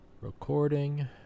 recording